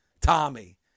Tommy